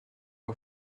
are